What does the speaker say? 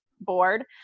board